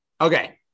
Okay